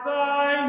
Thy